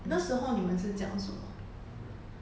那时候你们是讲什么